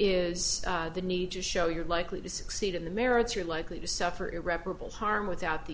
is the need to show you're likely to succeed in the merits are likely to suffer irreparable harm without the